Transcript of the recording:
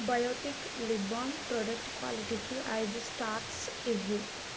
Biotique lip balm product క్వాలిటీకి ఐదు stars ఇవ్వు